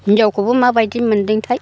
हिन्जावखौबो माबायदि मोन्दोंथाय